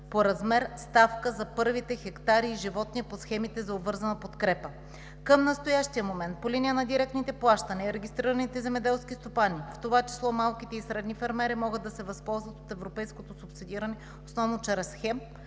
по размер ставка за първите хектари и животни по схемите за обвързана подкрепа. Към настоящия момент по линия на директните плащания регистрираните земеделски стопани, в това число малките и средните фермери, могат да се възползват от европейското субсидиране, основно чрез СЕПП,